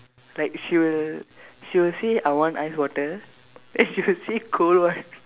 like she will she will say I want ice water and she will say cold one